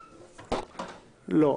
לא.